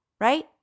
Right